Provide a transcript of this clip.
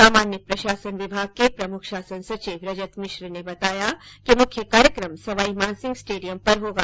सामान्य प्रशासन विभाग के प्रमुख शासन सचिव रजत मिश्र ने बताया कि मुख्य कार्यक्रम सवाईमानसिंह स्टेडियम पर होगा